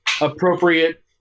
appropriate